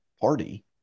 party